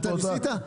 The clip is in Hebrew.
אתה ניסית?